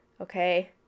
Okay